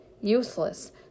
useless